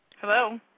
Hello